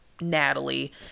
Natalie